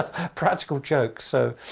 practical jokes, so.